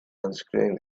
unscrewing